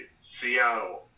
Seattle